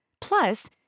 plus